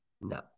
No